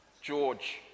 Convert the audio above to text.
George